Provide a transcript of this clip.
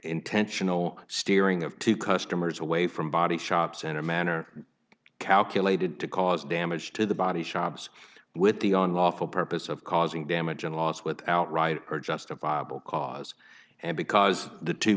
intentional steering of two customers away from body shops in a manner calculated to cause damage to the body shops with the on lawful purpose of causing damage and loss without right or justifiable cause and because the two